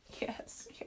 Yes